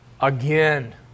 again